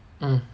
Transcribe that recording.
uh